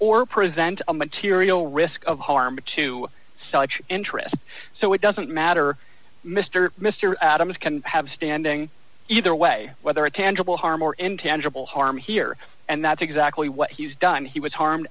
or prevent a material risk of harm to such interest so it doesn't matter mister mister adams can have standing either way whether a tangible harm or intangible harm here and that's exactly what he's done he was harm